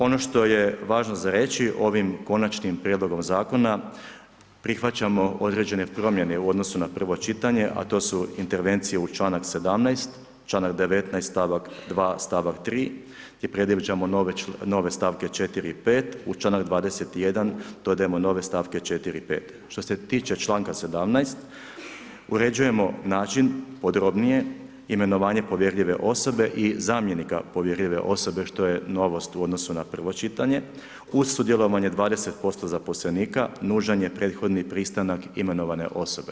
Ono što je važno za reći ovim konačnim prijedlogom zakona prihvaćamo određene promjene u odnosu na prvo čitanje a to su intervencije u članak 17., članak 19. stavak 2., stavak 3., gdje predviđamo nove stavke 4. i 5. U članak 21. dodajemo nove stavke 4. i 5. Što se tiče članka 17. uređujemo način podrobnije, imenovanje povjerljive osobe i zamjenika povjerljive osobe što je novost u odnosu na prvo čitanje uz sudjelovanje 20% zaposlenika nužan je prethodni pristanak imenovane osobe.